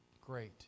great